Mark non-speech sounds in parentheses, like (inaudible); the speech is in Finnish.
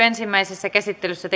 (unintelligible) ensimmäisessä käsittelyssä (unintelligible)